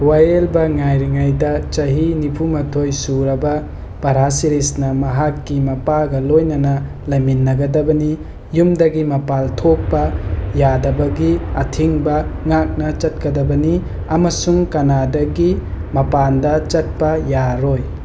ꯋꯥꯌꯦꯜꯕ ꯉꯥꯏꯔꯤꯉꯩꯗ ꯆꯍꯤ ꯅꯤꯐꯨꯃꯥꯊꯣꯏ ꯁꯨꯔꯕ ꯄꯥꯔꯥꯆꯦꯔꯤꯁꯅ ꯃꯍꯥꯛꯀꯤ ꯃꯄꯥꯒ ꯂꯣꯏꯅꯅ ꯂꯩꯃꯤꯟꯅꯒꯗꯕꯅꯤ ꯌꯨꯝꯗꯒꯤ ꯃꯄꯥꯟ ꯊꯣꯛꯄ ꯌꯥꯗꯕꯒꯤ ꯑꯊꯤꯡꯕ ꯉꯥꯛꯅ ꯆꯠꯀꯗꯕꯅꯤ ꯑꯃꯁꯨꯡ ꯀꯅꯥꯗꯒꯤ ꯃꯄꯥꯟꯗ ꯆꯠꯄ ꯌꯥꯔꯣꯏ